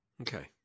Okay